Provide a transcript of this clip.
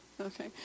Okay